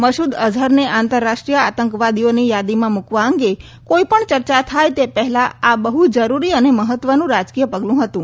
મશૂદ અઝહરને આંતરરાષ્ટ્રીય આતંકવાદીઓની યાદીમાં મુકવા અંગે કોઈપણ ચર્ચા થાય તે પહેલા આ બહુ જરૂરી અને મહત્વનું રાજકીય પગલુ હતું